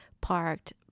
parked